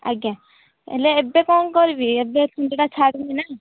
ଆଜ୍ଞା ହେଲେ ଏବେ କ'ଣ କରିବି ଏବେ ଥଣ୍ଡାଟା ଛାଡ଼ୁନି ନା